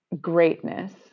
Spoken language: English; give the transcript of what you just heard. greatness